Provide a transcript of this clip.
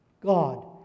God